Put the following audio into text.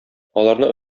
аларны